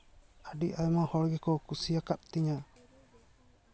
ᱟᱹᱰᱤ ᱟᱭᱢᱟ ᱦᱚᱲ ᱜᱮᱠᱚ ᱠᱩᱥᱤᱭᱟᱠᱟᱜ ᱛᱤᱧᱟᱹ